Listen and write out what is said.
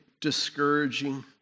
discouraging